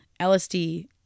lsd